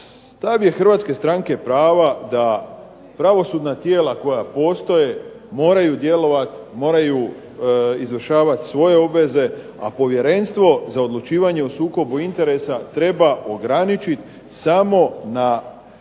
stav je Hrvatske stranke prava da pravosudna tijela koja postaje moraju djelovat, moraju izvršavat svoje obveze, a Povjerenstvo za odlučivanje o sukobu interesa treba ograničit samo na utvrđivanje